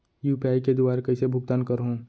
UPI के दुवारा कइसे भुगतान करहों?